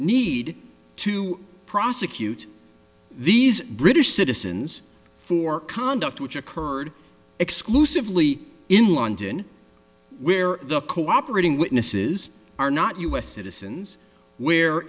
need to prosecute these british citizens for conduct which occurred exclusively in london where the cooperating witnesses are not u s citizens where